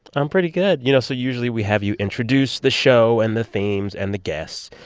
i'm pretty good. you know, so usually, we have you introduce the show and the themes and the guests,